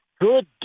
good